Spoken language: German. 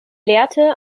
lehrte